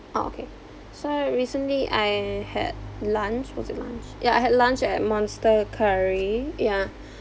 orh okay so recently I had lunch was it lunch ya I had lunch at Monster Curry yeah